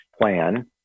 plan